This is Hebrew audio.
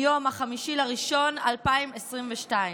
מיום 5 בינואר 2022,